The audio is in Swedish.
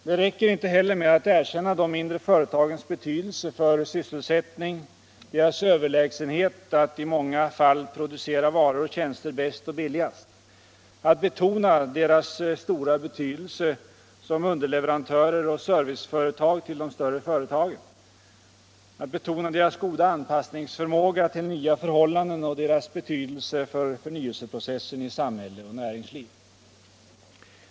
Det räcker inte heller med att erkänna de mindre företagens betydelse för sysselsättningen, deras överlägsenhet när det gäller att producera många varor och tjänster bäst och billigast, att betona deras stora betydelse som underleverantörer och serviceföretag till de större företagen, att betona deras goda förmåga till anpassning till nya förhållanden och deras betydelse för förnyelseprocessen i samhälle och näringsliv.